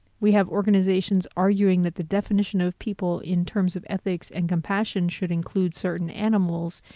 we have organizations arguing that the definition of people, in terms of ethics and compassion, should include certain animals,